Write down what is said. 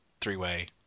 three-way